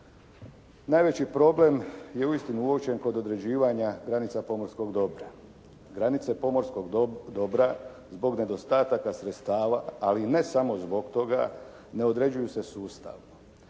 Najveći problem je uistinu uočen kod određivanja granica pomorskog dobra. Granice pomorskog dobra zbog nedostataka sredstava, ali i ne samo zbog toga ne određuju se sustavno.